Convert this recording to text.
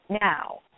Now